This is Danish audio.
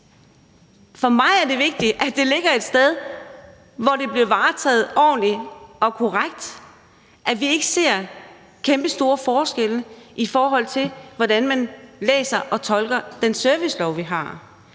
For mig er det vigtigt, at det ligger et sted, hvor det bliver varetaget ordentligt og korrekt, at vi ikke ser kæmpestore forskelle, i forhold til hvordan man læser og tolker den servicelov, vi har.